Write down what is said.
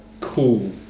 cool